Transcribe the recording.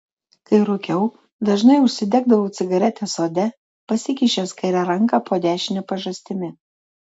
kai rūkiau dažnai užsidegdavau cigaretę sode pasikišęs kairę ranką po dešine pažastimi